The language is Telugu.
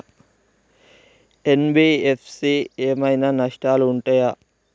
ఎన్.బి.ఎఫ్.సి ఏమైనా నష్టాలు ఉంటయా?